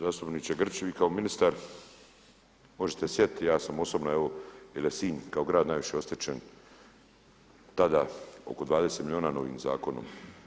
Zastupniče Grčić, vi kao ministar možete se sjetiti, ja sam osobno evo jer je Sinj kao grad najviše oštećen tada oko 20 milijuna novim zakonom.